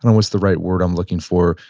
what's the right word i'm looking for?